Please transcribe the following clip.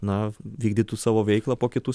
na vykdytų savo veiklą po kitų